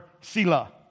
sila